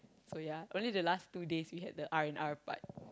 so ya only the last two days we had the R-and-R part